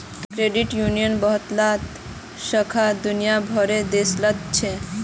credit यूनियनेर बहुतला शाखा दुनिया भरेर देशत छेक